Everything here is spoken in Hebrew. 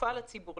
שקופה לציבור,